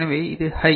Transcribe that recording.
எனவே இது ஹை